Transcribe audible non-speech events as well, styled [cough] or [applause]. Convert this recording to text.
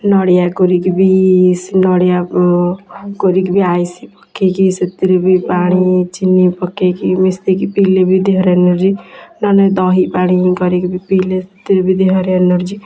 ନଡ଼ିଆ କୁରିକି ବି ସେ ନଡ଼ିଆ କୁରିକି ବି ଆଇସ୍ ପକେଇକି ସେଥିରେ ବି ପାଣି ଚିନି ପକେଇକି ମିଶେଇକି ପିଇଲେ ବି ଦେହରେ ଏନର୍ଜି ନହେନେ ଦହି ପାଣି କରିକି ବି ପିଇଲେ [unintelligible] ଦେହରେ ଏନର୍ଜି